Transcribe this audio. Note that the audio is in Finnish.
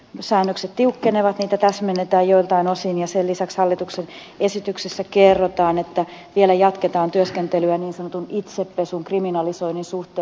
rahanpesusäännökset tiukkenevat niitä täsmennetään joiltain osin ja sen lisäksi hallituksen esityksessä kerrotaan että vielä jatketaan työskentelyä niin sanotun itsepesun kriminalisoinnin suhteen